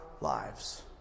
lives